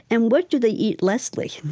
and what do they eat lessly?